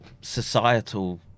societal